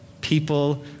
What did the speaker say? people